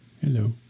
hello